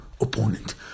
opponent